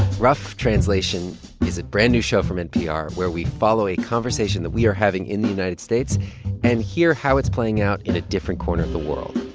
rough translation is a brand-new show from npr where we follow a conversation that we are having in the united states and hear how it's playing out in a different corner of the world.